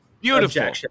Beautiful